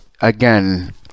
again